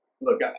Look